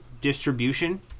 distribution